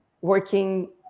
working